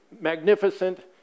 magnificent